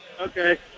Okay